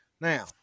Now